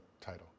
title